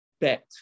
Bet